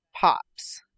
pops